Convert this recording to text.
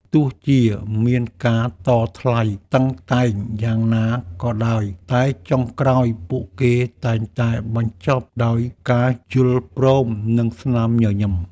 ទោះបីជាមានការតថ្លៃតឹងតែងយ៉ាងណាក៏ដោយតែចុងក្រោយពួកគេតែងតែបញ្ចប់ដោយការយល់ព្រម និងស្នាមញញឹម។